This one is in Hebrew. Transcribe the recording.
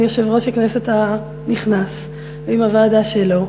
יושב-ראש הכנסת הנכנס ועם הוועדה שלו,